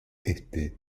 éste